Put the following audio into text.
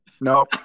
No